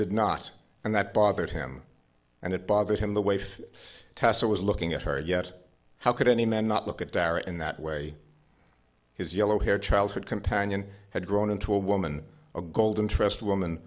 did not and that bothered him and it bothered him the wave test it was looking at her yet how could any man not look at dara in that way his yellow hair childhood companion had grown into a woman a golden trust woman